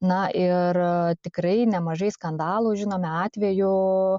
na ir tikrai nemažai skandalų žinome atvejų